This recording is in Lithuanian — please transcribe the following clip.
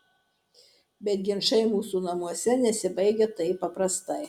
bet ginčai mūsų namuose nesibaigia taip paprastai